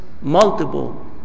multiple